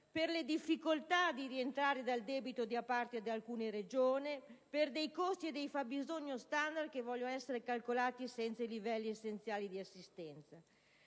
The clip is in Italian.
per le difficoltà di rientrare dal debito da parte di alcune Regioni, per i costi e i fabbisognistandard che si vogliono calcolare senza i livelli essenziali di assistenza,